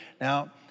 Now